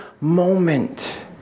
moment